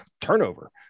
turnover